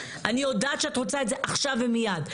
אני יודעת שאת רוצה את זה עכשיו ומיד.